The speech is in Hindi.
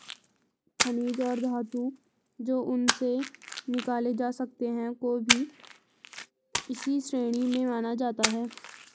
खनिज और धातु जो उनसे निकाले जा सकते हैं को भी इसी श्रेणी में माना जाता है